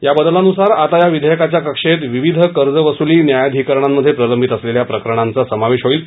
या बदलानुसार आता या विधेयकाच्या कक्षेत विविध कर्ज वसुली न्यायाधिकरणांमध्ये प्रलंबित असलेल्या प्रकरणांचा समावेश होईल